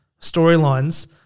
storylines